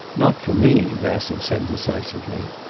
not for me, bassett said decisively.